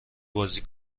بازی